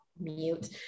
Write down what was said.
mute